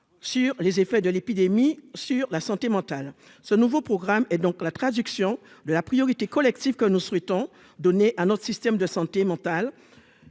sur les effets de l'épidémie sur la santé mentale, ce nouveau programme et donc la traduction de la priorité collective que nous souhaitons donner à notre système de santé mentale